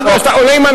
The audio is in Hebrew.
אחד מהשניים.